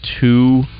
two